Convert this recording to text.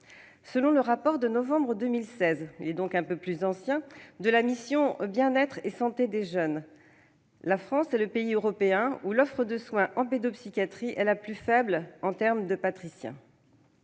Selon le rapport de novembre 2016 de la mission Bien-être et santé des jeunes, la France est le pays européen où l'offre de soins en pédopsychiatrie est la plus faible en termes de patriciens.